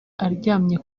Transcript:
aryamye